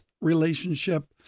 relationship